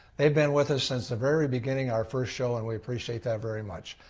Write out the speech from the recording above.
they have been with us since the very beginning our first show and we appreciate that very much.